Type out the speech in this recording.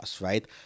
right